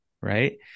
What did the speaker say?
Right